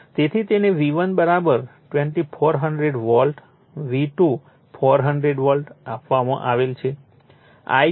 તેથી તેને V1 2400 volt V2 400 volt આપવામાં આવેલ છે I0 0